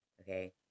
Okay